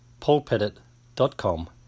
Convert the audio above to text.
paulpettit.com